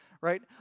right